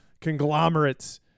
conglomerates